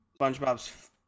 SpongeBob's